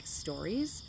stories